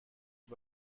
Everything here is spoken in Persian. این